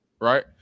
right